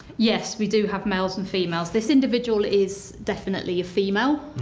yes, we do have males and females. this individual is definitely a female.